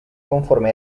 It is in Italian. conforme